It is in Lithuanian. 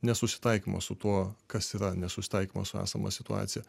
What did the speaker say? nesusitaikymo su tuo kas yra nesusitaikymas su esama situacija